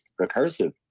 recursive